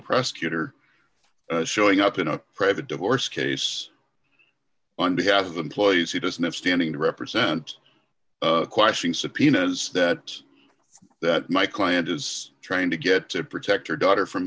prosecutor showing up in a private divorce case on behalf of the employees he doesn't have standing to represent question subpoenas that that my client is trying to get to protect her daughter from